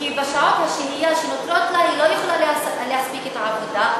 כי בשעות השהייה היא לא יכולה להספיק את העבודה,